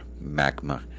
magma